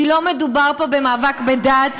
כי לא מדובר פה במאבק על דת,